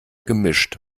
gemischt